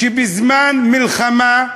שבזמן מלחמה,